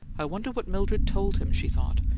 i wonder what mildred told him, she thought.